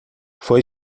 foi